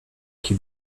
qui